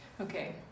okay